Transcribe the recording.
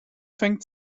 fängt